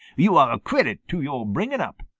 yo' are a credit to your bringing up,